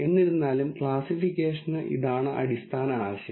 എന്നിരുന്നാലും ക്ലാസ്സിഫിക്കേഷന് ഇതാണ് അടിസ്ഥാന ആശയം